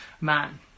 man